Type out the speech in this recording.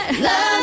Love